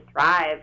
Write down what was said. thrive